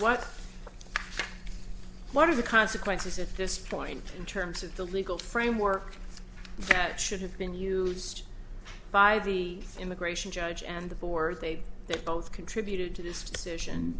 what what are the consequences at this point in terms of the legal framework that should have been used by the immigration judge and the board they that both contributed to